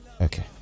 Okay